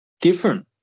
different